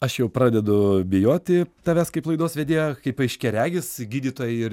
aš jau pradedu bijoti tavęs kaip laidos vedėjo kaip aiškiaregis gydytojai ir